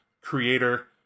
creator